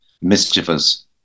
mischievous